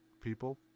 people